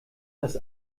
das